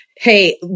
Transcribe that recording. hey